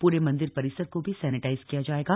पूरे मंदिर परिसर को भी सैनेटाइज किया जाएगा